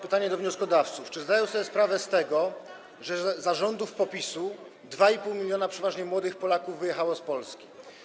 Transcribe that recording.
Pytanie do wnioskodawców, czy zdają sobie sprawę z tego, że za rządów PO-PiS-u, 2,5 mln przeważnie młodych Polaków wyjechało z Polski?